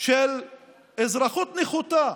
של אזרחות נחותה,